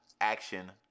action